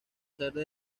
serle